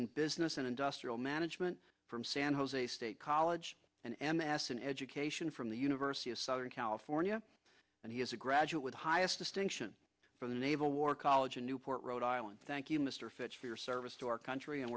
in business in industrial management from san jose state college and mass in education from the university of southern california and he is a graduate with the highest distinction from the naval war college in newport rhode island thank you mr fitz for your service to our country and